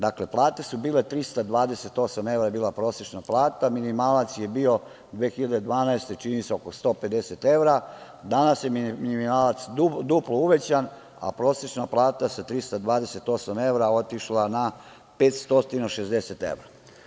Dakle, plate su bile 328 evra je bila prosečna plata, minimalac je bio 2012. godine, čini mi se oko 150 evra, danas je minimalac duplo uvećan, a prosečna plata sa 328 evra je otišla na 560 evra.